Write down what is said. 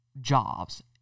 jobs